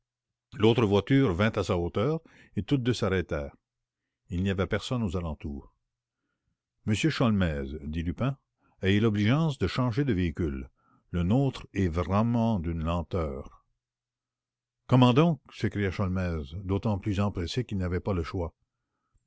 l'autre voiture vint à sa hauteur et toutes deux ensemble s'arrêtèrent il n'y avait personne aux alentours monsieur sholmès dit lupin ayez l'obligeance de changer d'automobile la nôtre est vraiment ridicule de lenteur comment donc s'écria sholmès d'autant plus empressé qu'il n'avait pas le choix